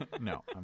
No